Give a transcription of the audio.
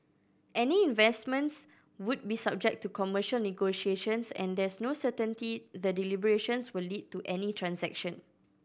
any investments would be subject to commercial negotiations and there's no certainty the deliberations will lead to any transaction